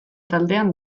taldean